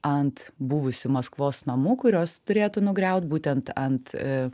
ant buvusių maskvos namų kuriuos turėtų nugriaut būtent ant